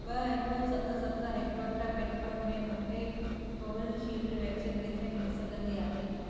ॿ हिकु सत सत हिकु अठ पिनकोड में मूंखे कोवीशील्ड वैक्सीन किथे मिली सघंदी आहे